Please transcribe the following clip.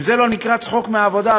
אם זה לא נקרא צחוק מהעבודה,